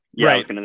Right